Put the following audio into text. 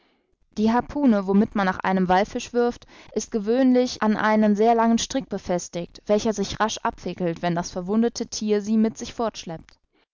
die harpune womit man nach einem wallfisch wirst ist gewöhnlich an einen sehr langen strick befestigt welcher sich rasch abwickelt wenn das verwundete thier sie mit sich fortschleppt